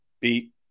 beat